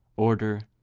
order,